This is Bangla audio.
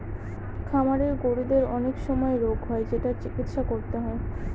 খামারের গরুদের অনেক সময় রোগ হয় যেটার চিকিৎসা করতে হয়